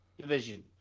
division